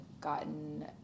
gotten